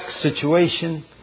situation